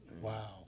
Wow